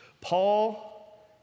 Paul